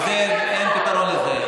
ואין פתרון לזה.